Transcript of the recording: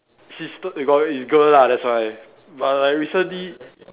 she's the they got is girl lah that's why but like recently